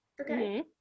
Okay